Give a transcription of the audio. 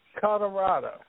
Colorado